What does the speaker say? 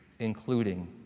including